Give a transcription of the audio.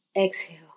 Exhale